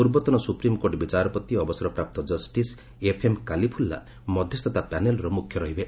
ପୂର୍ବତନ ସୁପ୍ରିମକୋର୍ଟ ବିଚାରପତି ଅବସରପ୍ରାପ୍ତ ଜଷ୍ଟିସ୍ ଏଫ୍ଏମ୍ କାଲ୍ଲିଫୁଲ୍ଲା ମଧ୍ୟସ୍ଥତା ପ୍ୟାନେଲର ମୁଖ୍ୟ ରହିବେ